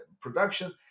production